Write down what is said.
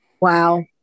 Wow